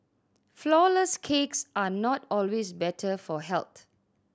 flourless cakes are not always better for health